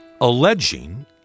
alleging